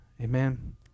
Amen